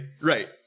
Right